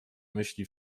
myśli